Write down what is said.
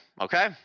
okay